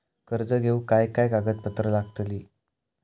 कर्ज घेऊक काय काय कागदपत्र लागतली?